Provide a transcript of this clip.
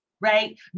right